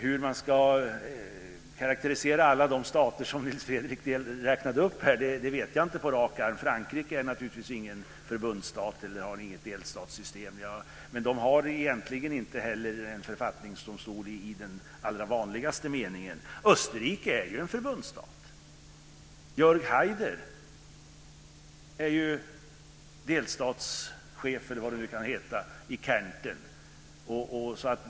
Hur man ska karakterisera alla de stater som Nils Fredrik räknade upp här vet jag inte på rak arm. Frankrike är naturligtvis inte någon förbundsstat och har inget delstatssystem. Men det har egentligen heller inte en författningsdomstol i den allra vanligaste meningen. Österrike är en förbundsstat. Jörg Haider är delstatschef, eller vad det nu kan heta, i Kärnten.